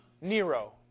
Nero